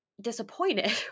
disappointed